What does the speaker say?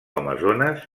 amazones